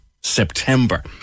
September